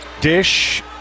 Dish